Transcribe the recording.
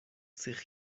سیخ